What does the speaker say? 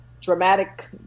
dramatic